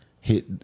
hit